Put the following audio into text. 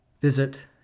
visit